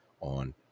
on